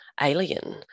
alien